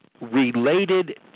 related